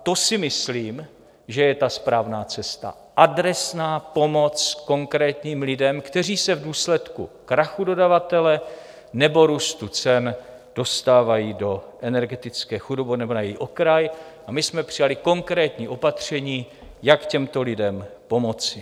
To si myslím, že je správná cesta: adresná pomoc konkrétním lidem, kteří se v důsledku krachu dodavatele nebo růstu cen dostávají do energetické chudoby nebo na její okraj, a my jsme přijali konkrétní opatření, jak těmto lidem pomoci.